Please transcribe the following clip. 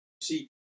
see